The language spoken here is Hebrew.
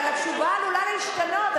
אבל התשובה יכולה להשתנות,